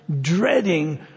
dreading